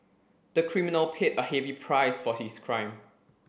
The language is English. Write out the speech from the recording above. the criminal paid a heavy price for his crime